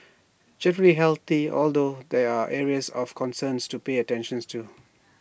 generally healthy although there are areas of concerns to pay attentions to